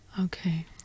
Okay